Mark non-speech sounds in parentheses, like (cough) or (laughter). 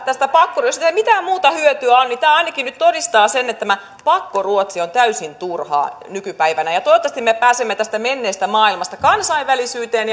tästä keskustelusta ei mitään muuta hyötyä ole niin ainakin tämä nyt todistaa sen että pakkoruotsi on täysin turhaa nykypäivänä toivottavasti me pääsemme tästä menneestä maailmasta kansainvälisyyteen (unintelligible)